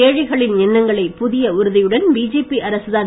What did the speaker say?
ஏழைகளின் எண்ணங்களை புதிய உறுதியுடன் பிஜேபி அரசுதான்